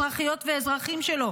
אזרחיות ואזרחים שלו,